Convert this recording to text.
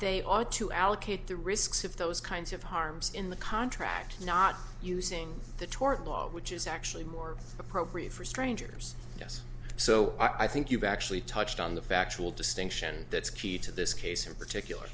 ought to allocate the risks of those kinds of harms in the contract not using the tort law which is actually more appropriate for strangers yes so i think you've actually touched on the factual distinction that's key to this case or particular